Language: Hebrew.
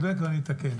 אני אתקן.